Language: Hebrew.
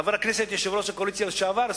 חבר הכנסת יושב-ראש הקואליציה לשעבר?